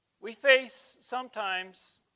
we face sometimes